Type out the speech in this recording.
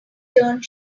turned